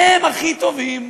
הם הכי טובים,